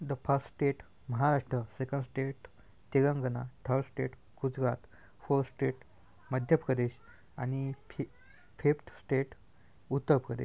the first state Maharashtra second state Telangana third state Gujarat four state Madhya Pradesh आणि फि fifth state Uttar प्रदेश